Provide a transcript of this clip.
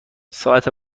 ساعت